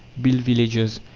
build villages.